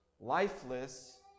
lifeless